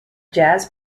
jazz